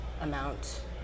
amount